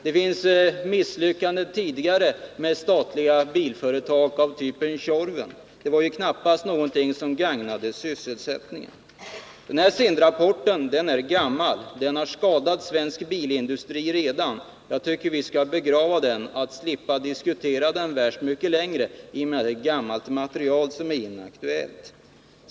Det har förekommit misslyckanden tidigare med statliga bilföretag av typen Tjorven; det var ju knappast någonting som gagnade sysselsättningen. SIND-rapporten är gammal, och den har redan skadat svensk bilindustri. Jag tycker att vi skall begrava den för att slippa diskutera den så mycket längre; det är gammalt material som är inaktuellt.